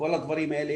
בכל הדברים האלה,